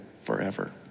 forever